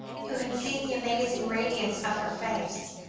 who had seen the amazing radiance of her face,